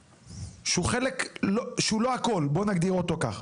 שהוא חלק, שהוא לא הכול, בוא נגדיר אותו כך.